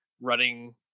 running